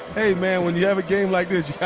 hey, man, when you have a game like this,